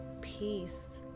peace